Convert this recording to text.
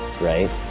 right